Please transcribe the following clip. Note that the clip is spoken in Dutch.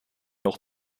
nog